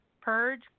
purge